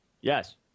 Yes